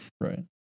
Right